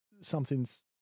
something's